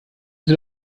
sie